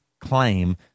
claim